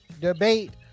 debate